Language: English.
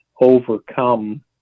overcome